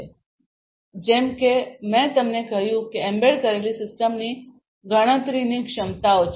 તેથી જેમ કે મેં તમને કહ્યું છે કે એમ્બેડ કરેલી સિસ્ટમની ગણતરીની ક્ષમતાઓ છે